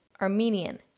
armenian